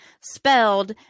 spelled